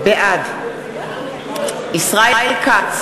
בעד ישראל כץ,